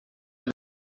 río